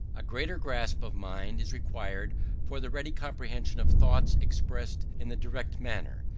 a greater grasp of mind is required for the ready comprehension of thoughts expressed in the direct manner,